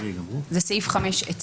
אצלנו זה סעיף 5,